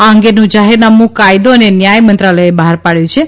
આ અંગેનું જાહેરનામ્ કાયદો અને ન્યાયમંત્રાલયેખહાર પાડ્યુંછે